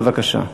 בבקשה.